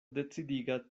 decidiga